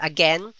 Again